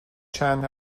چند